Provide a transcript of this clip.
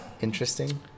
Interesting